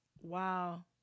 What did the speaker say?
Wow